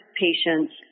patients